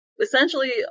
essentially